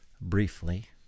briefly